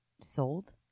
sold